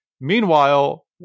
Meanwhile